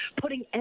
putting